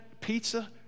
pizza